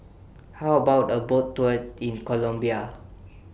How about A Boat Tour in Colombia